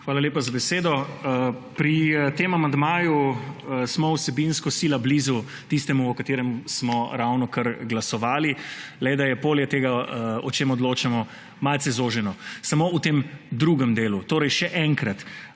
Hvala lepa za besedo. Pri tem amandmaju smo vsebinsko sila blizu tistemu, o katerem smo ravnokar glasovali, le da je polje tega, o čemer odločamo, malce zoženo, samo v tem drugem delu. Torej še enkrat.